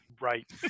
Right